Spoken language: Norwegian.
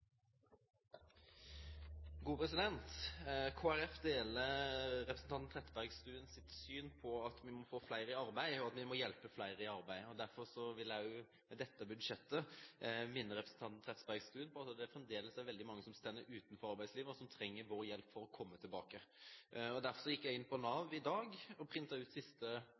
må få flere i arbeid, og at vi må hjelpe flere i arbeid. Derfor vil jeg også ved dette budsjettet minne representanten Trettebergstuen på at det fremdeles er veldig mange som står utenfor arbeidslivet, og som trenger vår hjelp for å komme tilbake. Derfor gikk jeg inn på Nav i dag og printet ut de siste